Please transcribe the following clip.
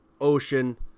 ocean